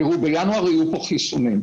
תראו, בינואר יהיו פה חיסונים.